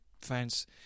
fans